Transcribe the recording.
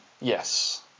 yes